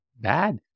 bad